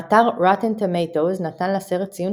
האתר Rotten Tomatoes נתן לסרט ציון